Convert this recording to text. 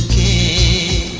e